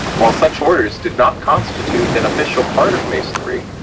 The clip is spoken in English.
while such orders did not constitute an official part of masonry,